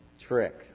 trick